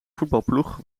voetbalploeg